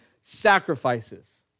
sacrifices